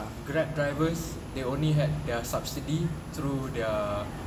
Grab drivers they only had their subsidy through their